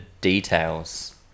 details